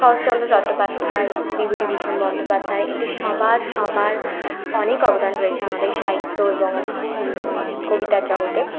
শরৎচন্দ্র চট্টোপাধ্যায় বিভূতিভূষণ বন্দোপাধ্যায় এদের সবার সবার অনেক অবদান রয়েছে আমাদের সাহিত্য এবং কবিতার জগতে